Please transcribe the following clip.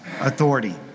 authority